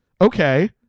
Okay